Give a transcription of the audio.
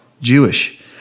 Jewish